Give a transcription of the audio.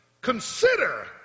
Consider